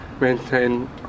maintain